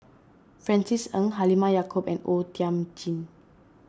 Francis Ng Halimah Yacob and O Thiam Chin